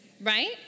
right